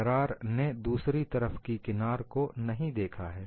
दरार ने दूसरी तरफ की किनार को नहीं देखा है